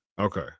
Okay